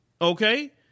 Okay